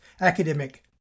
academic